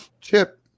Chip